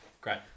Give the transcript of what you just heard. Great